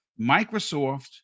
Microsoft